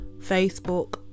Facebook